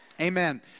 Amen